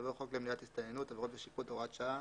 יבוא "חוק למניעת הסתננות (עבירות ושיפוט) (הוראת שעה),